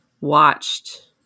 watched